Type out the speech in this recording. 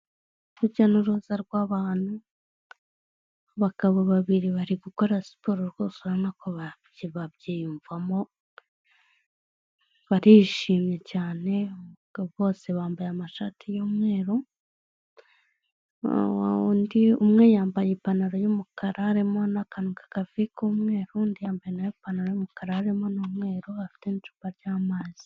Urujya n'uruza rw'abantu bagabo babiri bari gukora siporo rwose ubona ko babyiyumvamo barishimye cyane bose bambaye amashati y'umweru undi umwe yambaye ipantaro y'umukara harimo n'akanwa ka gafi k'umweru undi yambaye ipantaro y'umukara harimo n'umweru afite icupa ry'amazi.